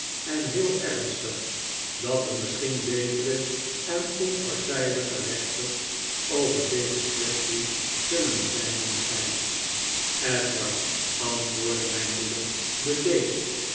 en heel ernstig dat er misschien betere en onpartijdiger rechters over deze kwestie zullen zijn dan gij edward antwoordde mijn moeder bedeesd